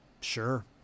Sure